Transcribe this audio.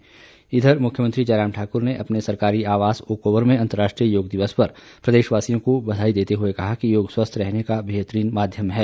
दूसरी ओर मुख्यमंत्री जयराम ठाकुर ने अपने सरकारी आवास ओक ओवर में अंतरराष्ट्रीय योग दिवस पर प्रदेश वासियों को बधाई देते हुए कहा कि योग स्वस्थ रहने का बेहतरीन माध्यम है